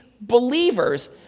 believers